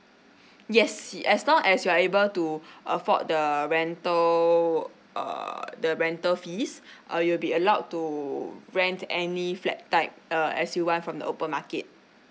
yes as long as you are able to afford the rental err the rental fees uh you'll be allowed to rent any flat type uh as you want from the open market